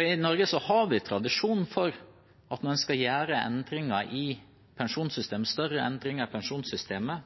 I Norge har vi tradisjon for at når vi skal gjøre større endringer i pensjonssystemet,